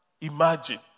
imagine